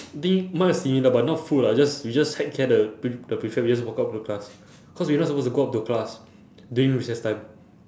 I think mine is silly lah but not food lah we just we just heck care the pre~ the prefect we just walk up to the class cause we are not supposed to go up to the class during recess time